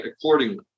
accordingly